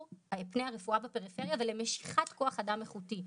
פני הרפואה בפריפריה ולמשיכת כוח אדם איכותי.